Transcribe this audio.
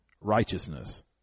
righteousness